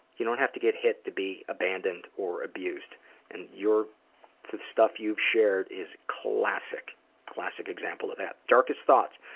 you don't have to get hit to be abandoned or abused and your, the stuff you've shared is classic. a classic example of that. darkest thought?